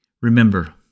Remember